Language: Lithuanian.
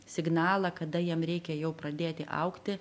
signalą kada jam reikia jau pradėti augti